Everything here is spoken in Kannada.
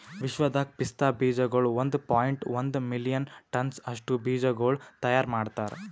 ವಿಶ್ವದಾಗ್ ಪಿಸ್ತಾ ಬೀಜಗೊಳ್ ಒಂದ್ ಪಾಯಿಂಟ್ ಒಂದ್ ಮಿಲಿಯನ್ ಟನ್ಸ್ ಅಷ್ಟು ಬೀಜಗೊಳ್ ತೈಯಾರ್ ಮಾಡ್ತಾರ್